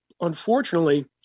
unfortunately